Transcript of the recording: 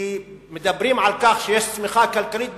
כי מדברים על כך שיש צמיחה כלכלית במרכז,